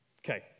Okay